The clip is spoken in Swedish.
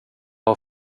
har